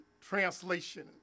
translation